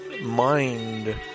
mind